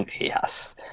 Yes